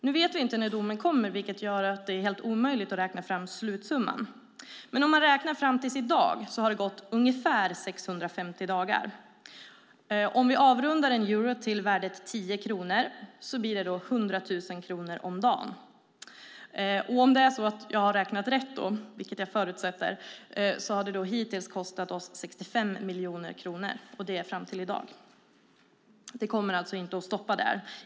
Nu vet vi inte när domen kommer, vilket gör att det är helt omöjligt att räkna fram slutsumman. Men om man räknar fram till i dag har det gått ungefär 650 dagar. Om vi avrundar 1 euro till värdet 10 kronor blir det 100 000 kronor om dagen. Om jag har räknat rätt, vilket jag förutsätter, har det fram till i dag kostat oss 65 miljoner kronor. Det kommer alltså inte att stanna där.